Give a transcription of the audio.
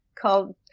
called